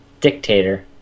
dictator